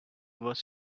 was